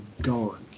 gone